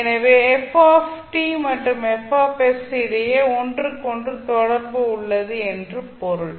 எனவே f மற்றும் F இடையே ஒன்றுக்கு ஒன்று தொடர்பு உள்ளது என்று பொருள்